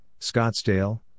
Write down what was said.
Scottsdale